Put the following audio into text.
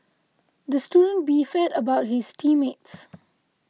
the student beefed about his team mates